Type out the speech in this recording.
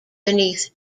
beneath